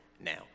now